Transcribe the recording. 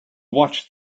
watched